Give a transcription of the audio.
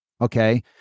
Okay